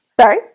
Sorry